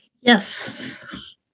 Yes